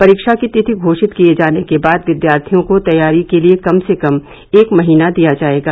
परीक्षा की तिथि घोषित किए जाने के बाद विद्यार्थियों को तैयारी के लिए कम से कम एक महीना दिया जाएगा